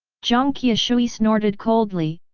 jiang qiushui snorted coldly,